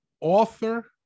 author